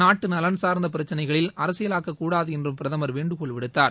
நாட்டு நலன் சார்ந்த பிரச்சினைகளில் அரசியலாக்கக்கூடாது என்றும் பிரதமர் வேண்டுகோள் விடுத்தார்